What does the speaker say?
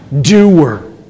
doer